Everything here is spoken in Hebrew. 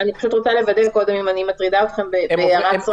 אני פשוט רוצה לוודא אם אני מטרידה אתכם בהערה קטנה,